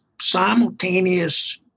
simultaneous